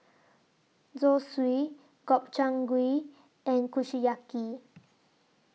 Zosui Gobchang Gui and Kushiyaki